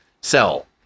sell